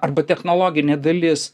arba technologinė dalis